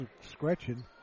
Scratching